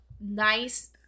nice